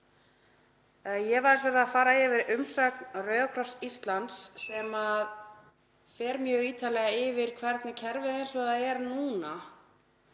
Ég hef aðeins verið að fara yfir umsögn Rauða krossins á Íslandi sem fer mjög ítarlega yfir hvernig kerfið, eins og það er núna,